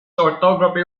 orthography